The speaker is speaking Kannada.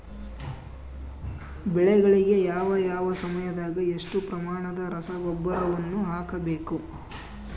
ಬೆಳೆಗಳಿಗೆ ಯಾವ ಯಾವ ಸಮಯದಾಗ ಎಷ್ಟು ಪ್ರಮಾಣದ ರಸಗೊಬ್ಬರವನ್ನು ಹಾಕಬೇಕು?